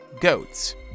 goats